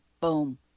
boom